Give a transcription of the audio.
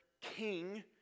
king